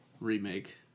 remake